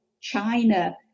China